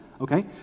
okay